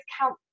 count